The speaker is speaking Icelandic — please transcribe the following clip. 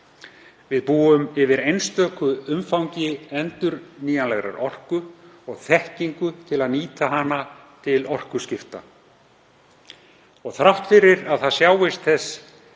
Við búum yfir einstöku umfangi endurnýjanlegrar orku og þekkingu til að nýta hana til orkuskipta. Þrátt fyrir þetta sjást þess